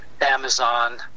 Amazon